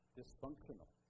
dysfunctional